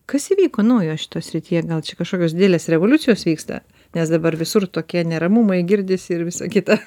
kas įvyko naujo šitoj srityje gal čia kažkokios didelės revoliucijos vyksta nes dabar visur tokie neramumai girdisi ir visa kita